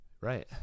Right